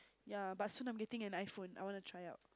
ya but soon I'm getting an iPhone I wanna try out